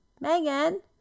Megan